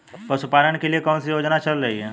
पशुपालन के लिए कौन सी योजना चल रही है?